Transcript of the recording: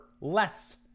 less